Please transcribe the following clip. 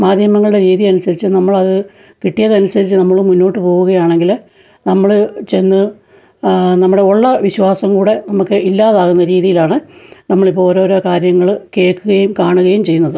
മാധ്യമങ്ങളുടെ രീതിയനുസരിച്ച് നമ്മളത് കിട്ടിയതനുസരിച്ച് നമ്മള് മുന്നോട്ട് പോവുകയാണെങ്കില് നമ്മള് ചെന്ന് നമ്മളുടെ ഉള്ള വിശ്വാസംകൂടെ ഇല്ലാതാകുന്ന രീതിയിലാണ് നമ്മളിപ്പോള് ഓരോരോ കാര്യങ്ങള് കേക്കുകയും കാണുകയും ചെയ്യുന്നത്